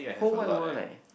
whole wide world like